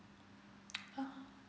ah